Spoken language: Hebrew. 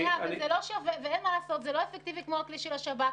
ואין מה לעשות, זה לא אפקטיבי כמו הכלי של השב"כ.